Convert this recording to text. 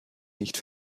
nicht